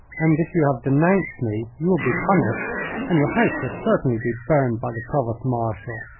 and if you have denounced me you will be punished and your house will certainly be burned by the provost-martial.